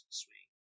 swing